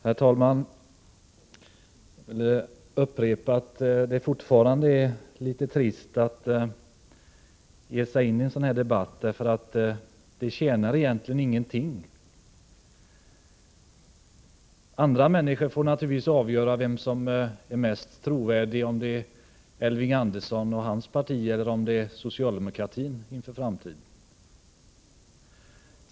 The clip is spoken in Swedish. Herr talman! Jag vill upprepa att det är litet trist att ge sig in i denna debatt, eftersom det egentligen inte tjänar någonting till. Andra får naturligtvis avgöra vem som är mest trovärdig inför framtiden — Elving Andersson och hans parti eller socialdemokratin.